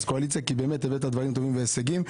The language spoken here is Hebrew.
קואליציה כי באמת הבאת דברים טובים והישגים.